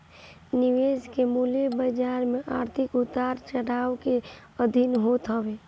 निवेश के मूल्य बाजार के आर्थिक उतार चढ़ाव के अधीन होत हवे